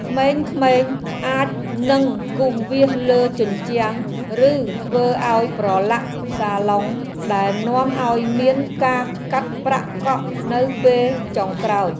ក្មេងៗអាចនឹងគូសវាសលើជញ្ជាំងឬធ្វើឱ្យប្រឡាក់សាឡុងដែលនាំឱ្យមានការកាត់ប្រាក់កក់នៅពេលចុងក្រោយ។